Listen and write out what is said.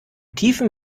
tiefen